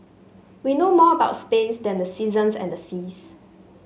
we know more about space than the seasons and the seas